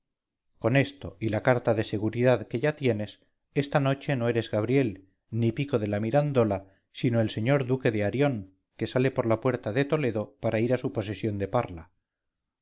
con esto y la carta de seguridad que yatienes esta noche no eres gabriel ni pico de la mirandola sino el señor duque de arión que sale por la puerta de toledo para ir a su posesión de parla